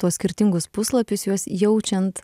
tuos skirtingus puslapius juos jaučiant